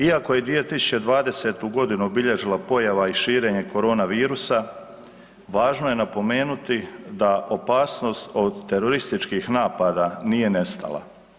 Iako je 2020. g. obilježila pojava i širenje koronavirusa, važno je napomenuti da opasnost od terorističkih napada nije nestala.